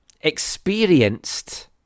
experienced